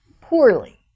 poorly